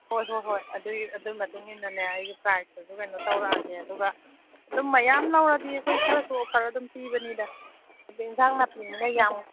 ꯍꯣꯏ ꯍꯣꯏ ꯍꯣꯏ ꯑꯗꯨꯏ ꯃꯇꯨꯡꯏꯟꯅꯅꯦ ꯑꯩꯁꯨ ꯄ꯭ꯔꯥꯏꯁꯇꯨꯁꯨ ꯀꯩꯅꯣ ꯇꯧꯔꯛꯑꯒꯦ ꯑꯗꯨꯒ ꯑꯗꯨꯝ ꯃꯌꯥꯝ ꯂꯧꯔꯛꯑꯗꯤ ꯑꯩꯈꯣꯏ ꯈꯔꯁꯨ ꯑꯣꯐꯔ ꯑꯗꯨꯝ ꯄꯤꯕꯅꯤꯗ ꯑꯗꯩ ꯌꯦꯟꯁꯥꯡ ꯅꯥꯄꯤꯅꯤꯅ ꯌꯥꯝ